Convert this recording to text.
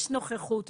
יש נוכחות,